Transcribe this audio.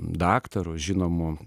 daktaru žinomu